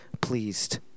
pleased